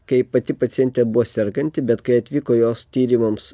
kai pati pacientė buvo serganti bet kai atvyko jos tyrimams